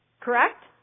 Correct